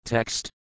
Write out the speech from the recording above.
Text